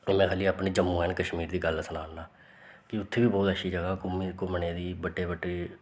में खाल्ली अपनी जम्मू एंड कश्मीर दी गल्ल सनानां कि उत्थें बी बोह्त अच्छी जगह् ऐ घूम घूमने दी बड्डे बड्डे